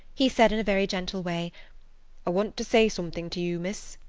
he said in a very gentle way i want to say something to you, miss.